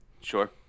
Sure